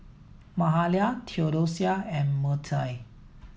Mahalia Theodosia and Mertie